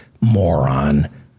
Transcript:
moron